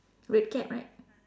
red cap right